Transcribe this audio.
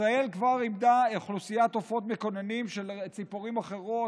ישראל כבר איבדה אוכלוסיית עופות מקננים של ציפורים אחרות,